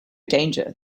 danger